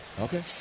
Okay